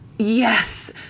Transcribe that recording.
Yes